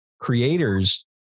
creators